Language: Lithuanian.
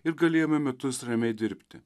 ir galėjome metus ramiai dirbti